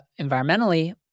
environmentally